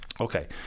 Okay